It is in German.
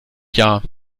jahr